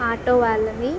auto వాళ్ళని